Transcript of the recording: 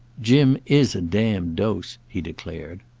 jim is a damned dose! he declared.